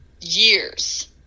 years